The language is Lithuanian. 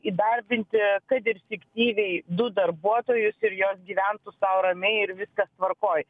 įdarbinti kad ir fiktyviai du darbuotojus ir jos gyventų sau ramiai ir viskas tvarkoj